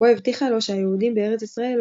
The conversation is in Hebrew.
בו הבטיחה לו שהיהודים בארץ ישראל לא